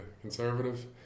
conservative